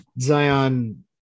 Zion